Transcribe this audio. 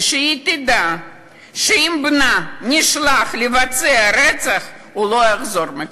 שהיא תדע שאם בנה נשלח לבצע רצח הוא לא יחזור מכאן.